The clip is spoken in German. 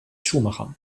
schumacher